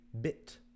bit